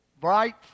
bright